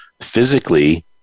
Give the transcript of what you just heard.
physically